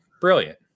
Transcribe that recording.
brilliant